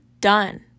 done